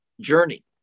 journey